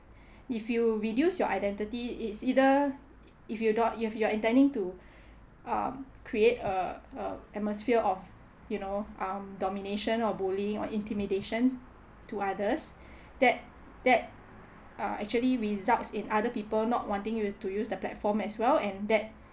if you reduce your identity it's either if you don't you've you've intending to um creates a a atmosphere of you know um domination or bullying or intimidation to others that that uh actually results in other people not wanting use to use the platform as well and that